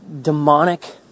demonic